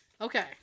Okay